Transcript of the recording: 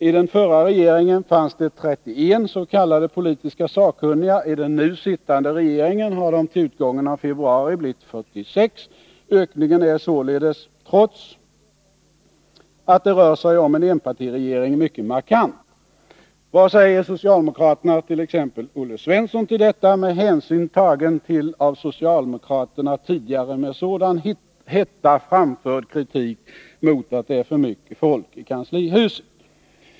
I den förra regeringen fanns det 31 s.k. politiskt sakkunniga. I den nu sittande regeringen har de till utgången av februari blivit 46. Ökningen är således, trots att det rör sig om en enpartiregering, mycket markant. Vad säger socialdemokraterna, t.ex. Olle Svensson, till detta med hänsyn tagen till av socialdemokraterna tidigare med sådan hetta framförd kritik mot att det är för mycket folk i kanslihuset?